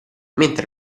mentre